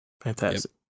Fantastic